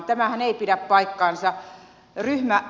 tämähän ei pidä paikkaansa